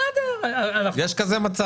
יש מצב כזה.